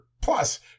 plus